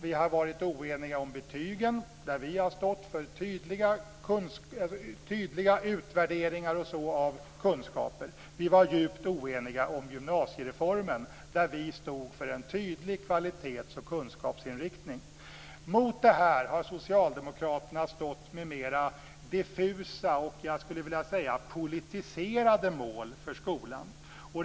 Vi har varit oeniga om betygen, där vi i Folkpartiet har stått för tydliga utvärderingar av kunskaper. Vi var djupt oeniga om gymnasiereformen, där vi i Folkpartiet stod för en tydlig kvalitets och kunskapsinriktning. Mot detta har Socialdemokraterna stått för mer diffusa och politiserade mål för skolan.